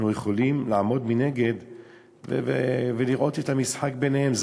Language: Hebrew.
אנחנו יכולים לעמוד מנגד ולראות את המשחק ביניהם.